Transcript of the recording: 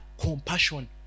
compassion